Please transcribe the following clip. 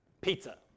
pizza